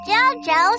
Jojo